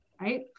right